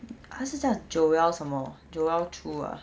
他是叫 joel 什么 joel choo ah